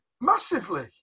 Massively